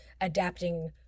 adapting